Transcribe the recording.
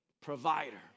provider